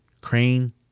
crane